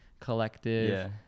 collective